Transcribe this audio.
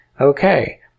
okay